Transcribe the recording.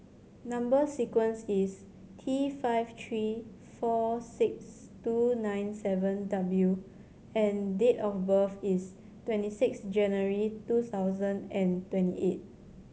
number sequence is T five three four six two nine seven W and date of birth is twenty six January two thousand and twenty eight